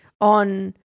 on